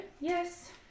Yes